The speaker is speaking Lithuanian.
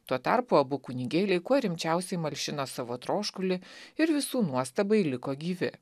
tuo tarpu abu kunigėliai kuo rimčiausiai malšino savo troškulį ir visų nuostabai liko gyvi